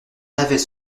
navet